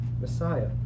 Messiah